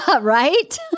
Right